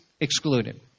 excluded